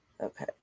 Okay